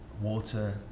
water